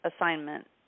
assignment